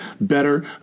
better